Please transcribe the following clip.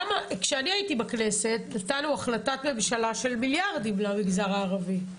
כשאני הייתי בכנסת נתנו החלטת ממשלה של מיליארדים למגזר הערבי,